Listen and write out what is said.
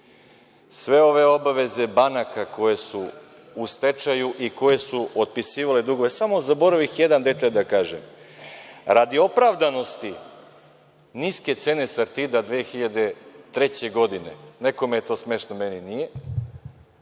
ove obaveze banaka koje su u stečaju i koje su otpisivale dugove, samo zaboravih jedan detalj da kažem, radi opravdanosti niske cene „Sartida“ 2003. godine, nekom je to smešno meni nije,